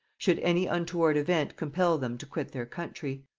should any untoward event compel them to quit their country.